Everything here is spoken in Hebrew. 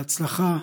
בהצלחה